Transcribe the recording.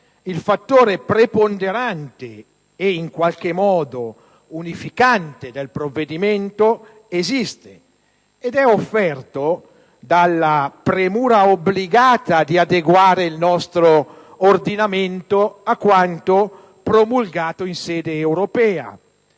il fattore preponderante e, in qualche modo, unificante del provvedimento, esiste, ed è offerto dalla premura obbligata di adeguare il nostro ordinamento a quanto promulgato in sede europea,